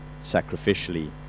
sacrificially